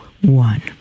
one